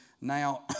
now